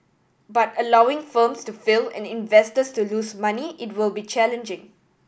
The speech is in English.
but allowing firms to fail and investors to lose money it will be challenging